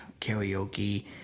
karaoke